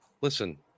Listen